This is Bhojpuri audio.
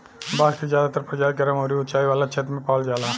बांस के ज्यादातर प्रजाति गरम अउरी उचाई वाला क्षेत्र में पावल जाला